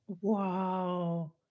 Wow